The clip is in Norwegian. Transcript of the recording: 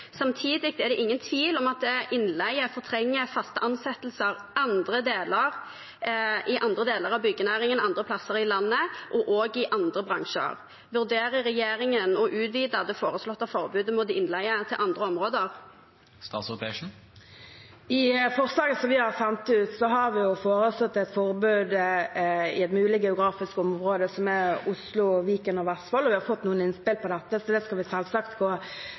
Samtidig er det ingen tvil om at innleie fortrenger faste ansettelser i andre deler av byggenæringen, andre steder i landet og i andre bransjer. Vurderer regjeringen å utvide det foreslåtte forbudet mot innleie til andre områder? I forslaget som vi har sendt ut på høring, har vi foreslått et forbud i et mulig geografisk område, som er Oslo, Viken og Vestfold. Vi har fått noen innspill på dette, så det skal vi selvsagt gå